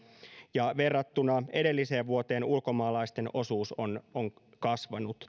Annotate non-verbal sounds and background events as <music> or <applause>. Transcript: ja verrattuna edelliseen vuoteen ulkomaalaisten osuus on on kasvanut <unintelligible>